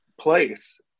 place